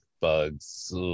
bugs